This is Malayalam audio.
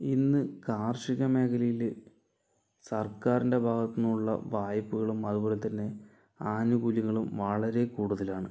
ഇന്ന് കാർഷികമേഖലയിൽ സർക്കാരിൻ്റെ ഭാഗത്തു നിന്നുള്ള വായ്പകളും അതുപോലെ തന്നെ ആനുകൂല്യങ്ങളും വളരെ കൂടുതലാണ്